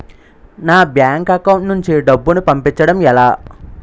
నా bank account నుంచి డబ్బును పంపించడం ఎలా?